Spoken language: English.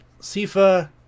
sifa